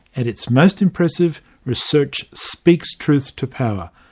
at its most impressive, research speaks truth to power,